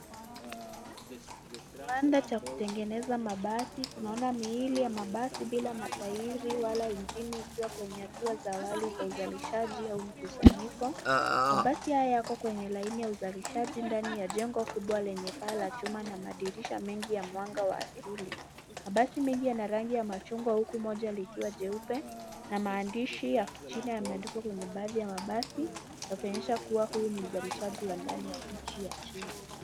Kiwanda cha kutengeneza mabasi. Tunaona miili ya mabasi bila matairi wala injini ikiwa kwenye hatua za awali za uzalishaji au mkusanyiko. Mabasi hayo yako kwenye laini ya uzalishaji ndani ya jengo kubwa lenye paa la chuma na madirisha mengi ya mwanga wa asili. Mabasi mengi yana rangi ya machungwa huku moja likiwa jeupe na maandishi ya kichina yameandikwa kwenye bambari ya mabasi ikionyesha kuwa hii ni uzalishaji wa ndani wa nchi ya China.